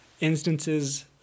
instances